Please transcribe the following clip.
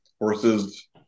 Horses